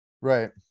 Right